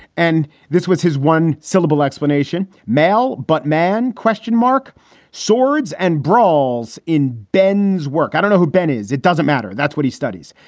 and this was his one syllable explanation male but man, questionmark swords and brawls in bend's work. i don't know who ben is. it doesn't matter. that's what he studies.